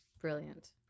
Brilliant